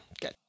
Good